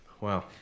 Wow